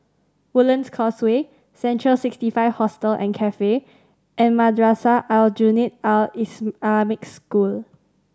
Woodlands Causeway Central Sixty Five Hostel and Cafe and Madrasah Aljunied Al Islamic School